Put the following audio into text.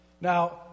Now